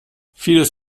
vieles